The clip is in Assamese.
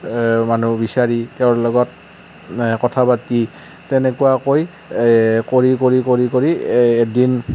মানুহ বিচাৰি তেওঁৰ লগত কথা পাতি তেনেকুৱাকৈ কৰি কৰি কৰি কৰি এদিন